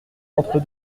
entre